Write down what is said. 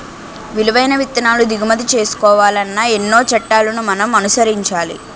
విలువైన విత్తనాలు దిగుమతి చేసుకోవాలన్నా ఎన్నో చట్టాలను మనం అనుసరించాలి